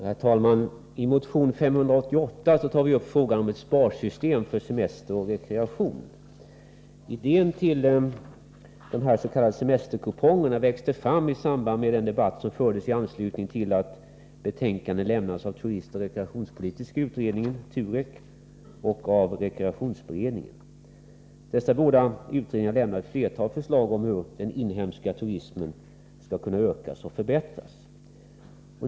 Herr talman! I motion 588 tar vi upp frågan om ett sparsystem för semester och rekreation. Idén till dessa s.k. semesterkuponger växte fram i samband med den debatt som fördes med anledning av de betänkanden som avlämnades av turistoch rekreationspolitiska utredningen, Turek, och av rekreationsberedningen. Dessa båda utredningar hade flera förslag om hur den inhemska turismen skulle kunna utökas och förbättras.